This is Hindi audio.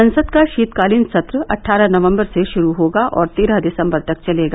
संसद का शीतकालीन सत्र अट्ठारह नवम्बर से शुरू होगा और तेरह दिसम्बर तक चलेगा